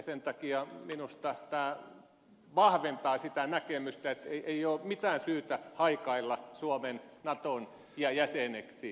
sen takia minusta tämä vahventaa sitä näkemystä että ei ole suomella mitään syytä haikailla naton jäseneksi